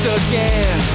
again